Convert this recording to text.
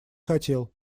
хотел